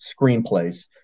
screenplays